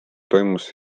toimus